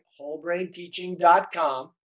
wholebrainteaching.com